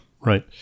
right